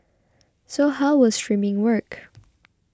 so how will streaming work